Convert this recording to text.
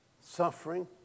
suffering